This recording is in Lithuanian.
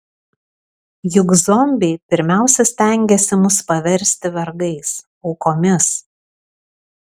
juk zombiai pirmiausia stengiasi mus paversti vergais aukomis